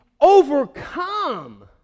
overcome